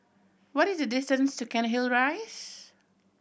what is the distance to Cairnhill Rise